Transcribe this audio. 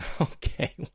Okay